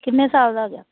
ਕਿੰਨੇ ਸਾਲ ਦਾ ਹੋ ਗਿਆ